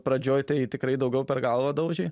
pradžioj tai tikrai daugiau per galvą daužė